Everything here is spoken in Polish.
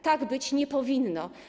Tak być nie powinno.